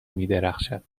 میدرخشد